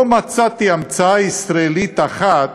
לא מצאתי המצאה ישראלית אחת